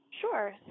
Sure